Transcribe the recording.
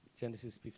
Genesis